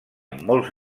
molts